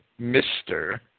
Mr